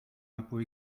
l’impôt